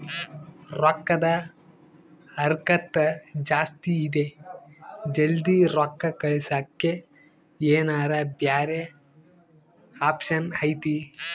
ರೊಕ್ಕದ ಹರಕತ್ತ ಜಾಸ್ತಿ ಇದೆ ಜಲ್ದಿ ರೊಕ್ಕ ಕಳಸಕ್ಕೆ ಏನಾರ ಬ್ಯಾರೆ ಆಪ್ಷನ್ ಐತಿ?